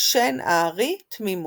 שן הארי-תמימות.